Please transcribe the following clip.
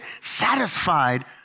satisfied